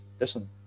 listen